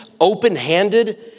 open-handed